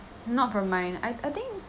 not from mine I I think